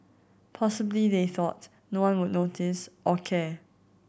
possibly they thought no one would notice or care